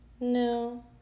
No